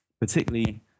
particularly